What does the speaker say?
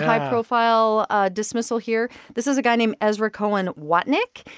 high-profile dismissal here. this is a guy named ezra cohen-watnick.